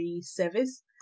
service